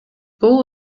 бул